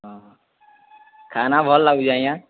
ହଁ ଖାନା ଭଲ୍ ଲାଗୁଛେ ଆଜ୍ଞା